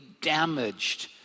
damaged